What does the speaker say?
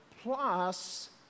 plus